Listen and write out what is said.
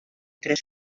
tres